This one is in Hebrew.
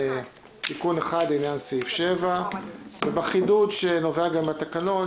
שציינו תיקון אחד לעניין סעיף 7. ובחידוד שנובע גם מהתקנון,